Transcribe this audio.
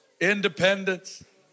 independence